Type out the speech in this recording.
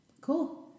cool